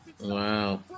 Wow